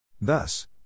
Thus